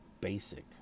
basic